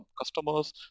customers